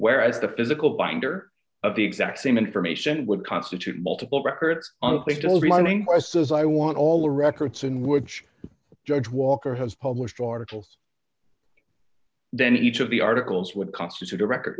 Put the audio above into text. whereas the physical binder of the exact same information would constitute multiple records on the playfield running says i want all the records in which george walker has published articles then each of the articles would constitute a record